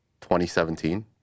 2017